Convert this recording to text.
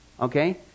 Okay